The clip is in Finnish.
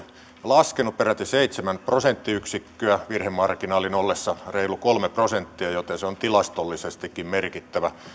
laskenut peräti seitsemän prosenttiyksikköä virhemarginaalin ollessa reilu kolme prosenttia joten se on tilastollisestikin merkittävä